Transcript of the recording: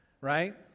Right